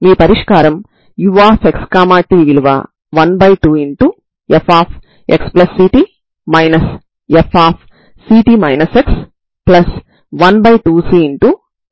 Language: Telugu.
కాబట్టి పరిమిత డొమైన్లో మన దగ్గర వున్న తరంగ సమీకరణం యొక్క ప్రారంభ మరియు సరిహద్దు విలువలు కలిగిన సమస్య ఇదే